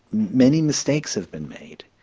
many mistakes have been made.